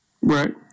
Right